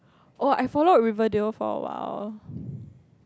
oh I followed Riverdale for awhile